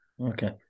Okay